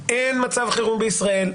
אין מצב חירום בישראל,